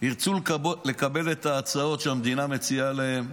ירצו לקבל את ההצעות שהמדינה מציעה להם,